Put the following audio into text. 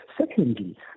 Secondly